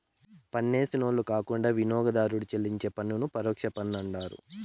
పన్నేసినోళ్లు కాకుండా వినియోగదారుడు చెల్లించే పన్ను పరోక్ష పన్నంటండారు